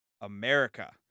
America